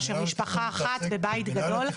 מאשר משפחה אחת בבית גדול.